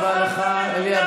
תודה רבה לך, אלי אבידר.